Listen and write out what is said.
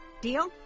Deal